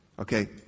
Okay